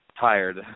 tired